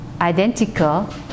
identical